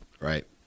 right